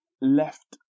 left